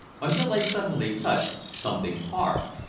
until i suddenly touched something hard.